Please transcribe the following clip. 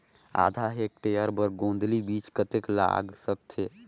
आधा हेक्टेयर बर गोंदली बीच कतेक लाग सकथे?